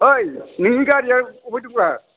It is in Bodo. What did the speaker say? ओइ नोंनि गारिया बबेहाय दंब्रा